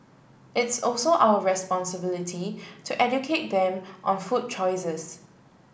it's also our responsibility to educate them on food choices